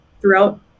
throughout